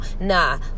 nah